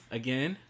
again